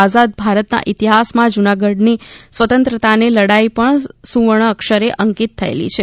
આઝાદ ભારતના ઇતિહાસમાં જુનાગઢની સ્વતંત્રતાની લડાઈ પણ સુવર્ણ અક્ષરે અંકિત થયેલી છે